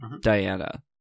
Diana